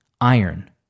iron